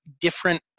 different